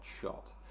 shot